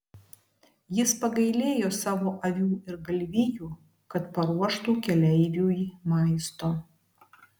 jis pagailėjo savo avių ir galvijų kad paruoštų keleiviui maisto